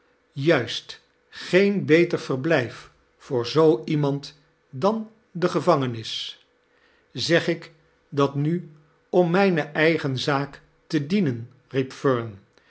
juist geen beter verblijf voor zoo iemand dan de gevangenis zeg ik dat nu om mijne eigen zaak te dienen